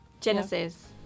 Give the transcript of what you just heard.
Genesis